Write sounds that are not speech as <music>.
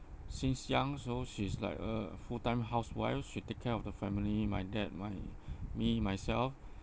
since young so she's like a full time housewife she take care of the family my dad my <breath> me myself <breath>